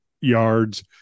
yards